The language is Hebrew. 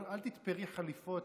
אל תתפרי חליפות